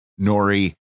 Nori